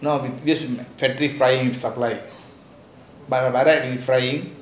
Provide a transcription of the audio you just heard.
frying I I like frying